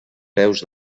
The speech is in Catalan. peus